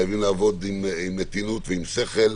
חייבים לעבוד במתינות ועם שכל.